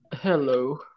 Hello